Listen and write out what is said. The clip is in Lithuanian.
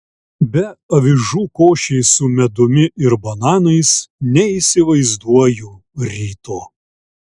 be avižų košės su medumi ir bananais neįsivaizduoju ryto